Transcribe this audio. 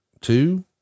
two